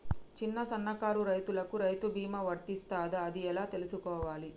చిన్న సన్నకారు రైతులకు రైతు బీమా వర్తిస్తదా అది ఎలా తెలుసుకోవాలి?